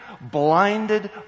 blinded